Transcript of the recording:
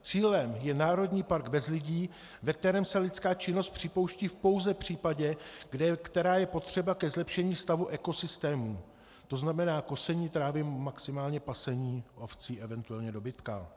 Cílem je národní park bez lidí, ve kterém se lidská činnost připouští pouze v případě, kdy je potřeba ke zlepšení stavu ekosystémů, tzn. kosení trávy, maximálně pasení ovcí, event. dobytka.